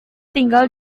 tinggal